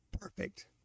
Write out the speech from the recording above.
perfect